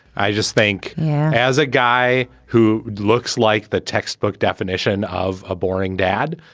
i just think as a guy who looks like the textbook definition of a boring dad,